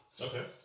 Okay